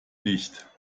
nicht